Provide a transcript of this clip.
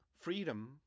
freedom